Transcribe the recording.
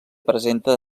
presenta